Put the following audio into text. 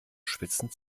schwitzen